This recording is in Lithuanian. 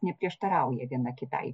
neprieštarauja viena kitai